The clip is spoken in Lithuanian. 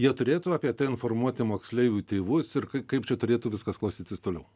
jie turėtų apie tai informuoti moksleivių tėvus ir kaip čia turėtų viskas klostytis toliau